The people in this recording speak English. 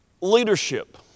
Leadership